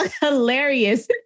hilarious